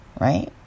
right